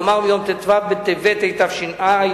כלומר מיום ט"ו בטבת התש"ע,